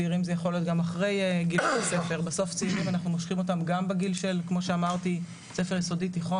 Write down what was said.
בסוף צעירים זה גם בגיל של בית ספר יסודי ותיכון,